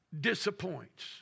disappoints